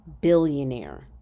billionaire